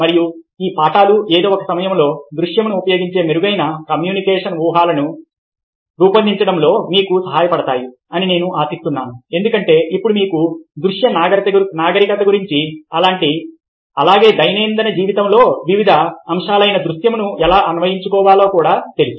మరియు ఈ పాఠాలు ఏదో ఒక సమయంలో దృశ్యమును ఉపయోగించి మెరుగైన కమ్యూనికేషన్ వ్యూహాలను రూపొందించడంలో మీకు సహాయపడతాయి అని నేను ఆశిస్తున్నాను ఎందుకంటే ఇప్పుడు మీకు దృశ్య నాగరికత గురించి అలాగే దైనందిన జీవితంలోని వివిధ అంశాలలో దృశ్యమును ఎలా అన్వయించాలో కూడా తెలుసు